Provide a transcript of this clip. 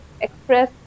express